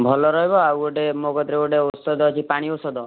ଭଲ ରହିବ ଆଉ ଗୋଟେ ମୋ କତିରେ ଗୋଟେ ଔଷଧ ଅଛି ପାଣି ଔଷଧ